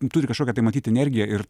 turi kažkokią tai matyt energiją ir